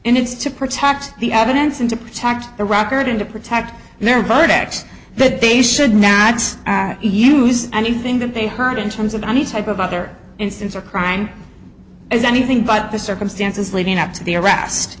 and it's to protect the evidence and to protect the record and to protect their verdict that they should not use anything that they heard in terms of any type of other instance or crime as anything but the circumstances leading up to the arrest